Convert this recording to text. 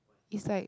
is like